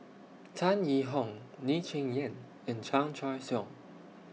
Tan Yee Hong Lee Cheng Yan and Chan Choy Siong